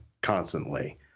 constantly